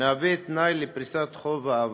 מהווה תנאי לפריסת חוב העבר.